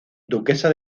duquesa